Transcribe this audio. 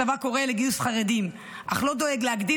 הצבא קורא לגיוס חרדים אך לא דואג להגדיל